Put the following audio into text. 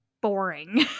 boring